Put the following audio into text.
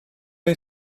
jej